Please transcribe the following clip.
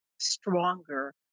stronger